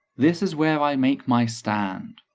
this is where i make my stand.